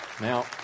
Now